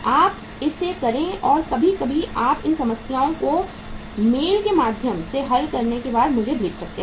आप इसे करें या कभी कभी आप इन समस्याओं को मेल के माध्यम से हल करने के बाद मुझे भेज सकते हैं